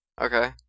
Okay